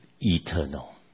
eternal